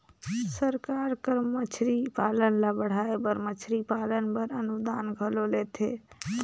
सरकार हर मछरी पालन ल बढ़ाए बर मछरी पालन बर अनुदान घलो देथे